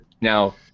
now